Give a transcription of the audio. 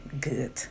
good